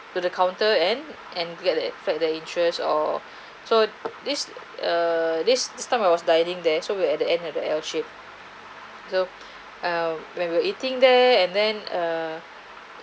to the counter and and get that flag their interest or so this err this time I was dining there so we're at the end of the L shape so uh when we were eating there and then err